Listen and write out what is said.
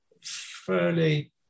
fairly